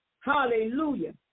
Hallelujah